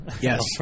Yes